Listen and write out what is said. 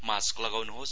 mask लगाउनुहोस्